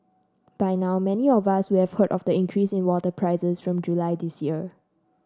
by now many of us would have heard of the increase in water prices from July this year